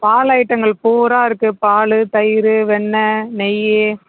பால் ஐட்டங்கள் பூரா இருக்கு பால் தயிர் வெண்ணெய் நெய்